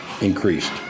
increased